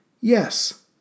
Yes